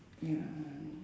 ya